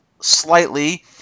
slightly